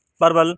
پرول